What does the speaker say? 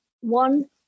one